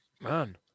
Man